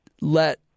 let